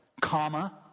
comma